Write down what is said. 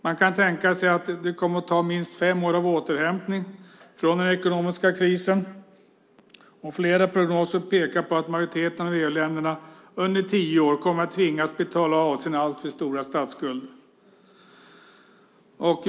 Man kan tänka sig att det kommer att ta minst fem år av återhämtning från den ekonomiska krisen, och flera prognoser pekar på att majoriteten av EU-länderna under tio års tid kommer att tvingas betala av sina alltför stora statsskulder.